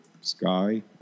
sky